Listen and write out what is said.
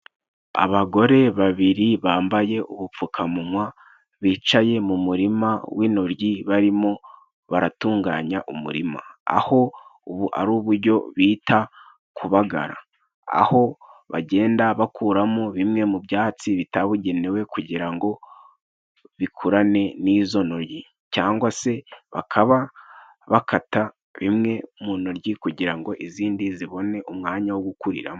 Abagore babiri bambaye ubupfukamunwa bicaye mu murima w'intoryi barimo baratunganya umurima, aho ubu ari uburyo bita kubagara, aho bagenda bakuramo bimwe mu byatsi bitabugenewe kugira ngo bikurane n'izo ntoryi ,cyangwa se bakaba bakata bimwe mu ntoryi kugira ngo izindi zibone umwanya wo gukuriramo.